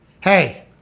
hey